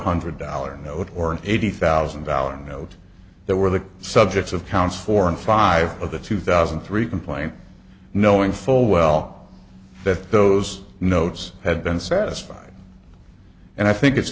hundred dollars note or an eighty thousand dollars note there were the subjects of counts four and five of the two thousand and three complaint knowing full well that those notes had been satisfied and i think it's